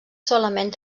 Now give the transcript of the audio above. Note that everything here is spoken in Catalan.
solament